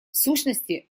сущности